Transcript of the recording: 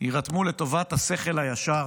יירתמו לטובת השכל הישר.